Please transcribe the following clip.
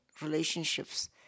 relationships